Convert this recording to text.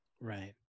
Right